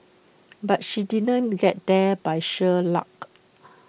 but she did not get here by sheer luck